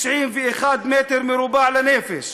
בסח'נין מוקצים 191 מ"ר לנפש,